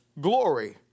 glory